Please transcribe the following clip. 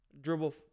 dribble